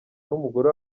numugore